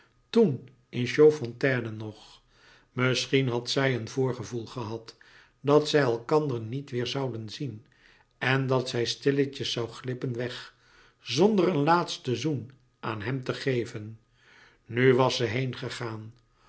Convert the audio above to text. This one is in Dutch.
toen in chaudfontaine nog misschien had zij een voorgevoel gehad dat zij elkander niet weêr zouden zien en dat zij stilletjes zoû glippen weg zonder een laatsten zoen aan hem te geven nu was ze